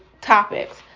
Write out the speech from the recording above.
topics